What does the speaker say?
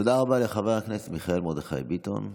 תודה רבה לחבר הכנסת מיכאל מרדכי ביטון.